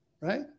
Right